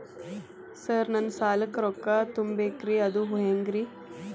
Sir ನನ್ನ ಸಾಲಕ್ಕ ರೊಕ್ಕ ತುಂಬೇಕ್ರಿ ಅದು ಹೆಂಗ್ರಿ?